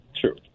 true